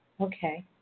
Okay